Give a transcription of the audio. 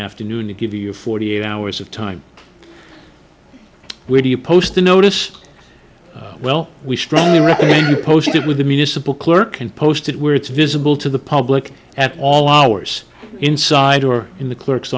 afternoon to give you forty eight hours of time where do you post the notice well we strongly recommend you post it with the municipal clerk and post it where it's visible to the public at all hours inside or in the clerk